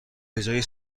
بجای